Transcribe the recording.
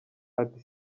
ati